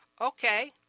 okay